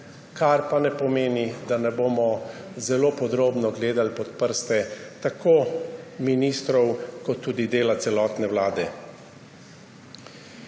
kar pa ne pomeni, da ne bomo zelo podrobno gledali pod prste tako ministrom kot tudi delu celotne vlade.